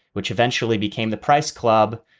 which eventually became the price club.